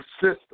system